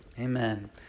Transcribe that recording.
amen